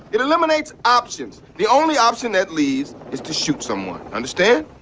it eliminates options. the only option that leaves is to shoot someone. understand?